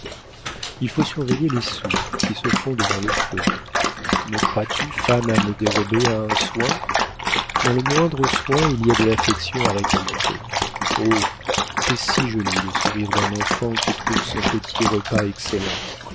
il faut surveiller les soupes qui se font devant le feu me crois-tu femme à me dérober à un soin dans le moindre soin il y a de l'affection à récolter oh c'est si joli le sourire d'un enfant qui trouve son petit repas excellent